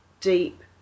deep